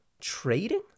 Trading